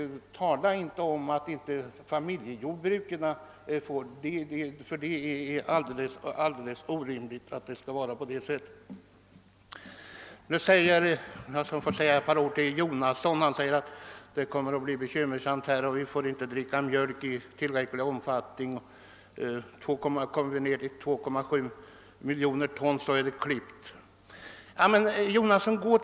Det är alltså orimligt att påstå att inte familjejordbruken får stöd. Herr Jonasson framhöll att det kommer att bli bekymmersamt med mjölktillgången och att om en mjölkinvägning minskas till 2,7 miljoner ton, så har det gått för långt.